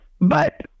But-